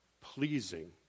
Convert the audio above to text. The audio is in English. pleasing